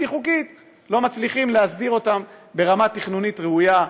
חוקית לא מצליחים להסדיר ברמה תכנונית ראויה.